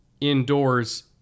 indoors